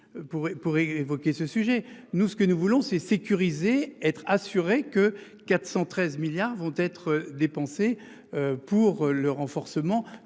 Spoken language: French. pour évoquer ce sujet. Nous ce que nous voulons c'est sécuriser être assuré que 413 milliards vont être dépensés. Pour le renforcement